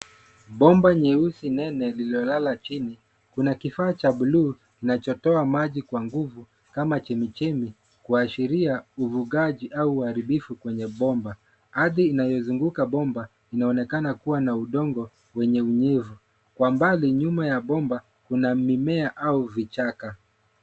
Bomba nyeusi nene lililo lala chini, kuna kifaa cha blue kinachotoa maji kwa nguvu kama chemi chemi kuashiria uvugaji au uharibifu kwenye bomba. Ardhi inayozunguka bomba inaonekana kuwa na udongo wenye unyevu. Kwa mbali nyuma ya bomba kuna mimea au vichaka.